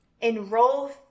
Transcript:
enroll